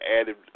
added